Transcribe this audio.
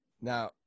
Now